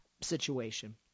situation